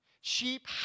Sheep